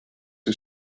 who